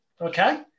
okay